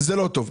זה לא טוב.